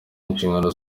inshingano